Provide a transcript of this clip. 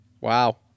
Wow